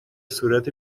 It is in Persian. صورت